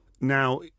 Now